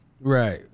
Right